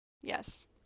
yes